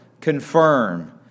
confirm